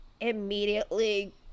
immediately